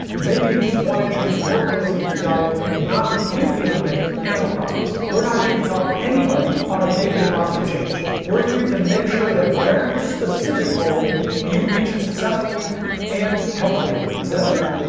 maybe you just want to introduce more plants into your diet, but not completely eliminate animal products we're not here to talk anybody out of making a positive change. we're here to make sure that whatever your specific goal you reach it successfully and healthfully, is that a word?